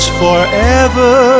forever